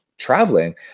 traveling